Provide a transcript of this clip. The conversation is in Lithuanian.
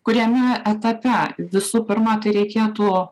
kuriame etape visų pirma tai reikėtų